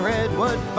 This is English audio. Redwood